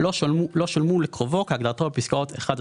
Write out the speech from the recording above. לא שולמו לקרובו כהגדרתו בפסקאות (1)